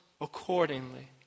accordingly